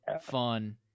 fun